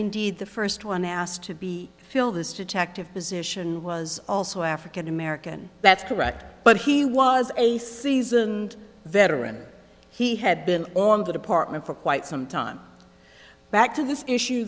indeed the first one asked to be fill this detective position was also african american that's correct but he was a seasoned veteran he had been on the department for quite some time back to this issue